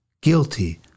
guilty